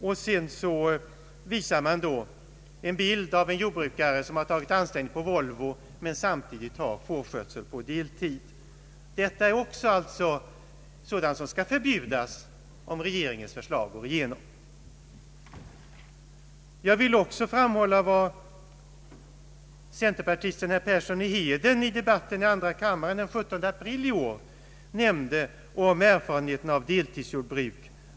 Artikeln illustreras av en bild på en jordbrukare som tagit anställning på Volvo men samtidigt driver fårskötsel på deltid. Jag vill även framhålla vad centerpartisten Persson i Heden i andrakammardebatten den 17 april i år nämnde om erfarenheten av deltidsjordbruk.